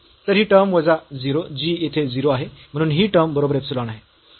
तर ही टर्म वजा 0 जी येथे 0 आहे म्हणून ही टर्म बरोबर इप्सिलॉन आहे